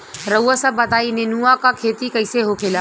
रउआ सभ बताई नेनुआ क खेती कईसे होखेला?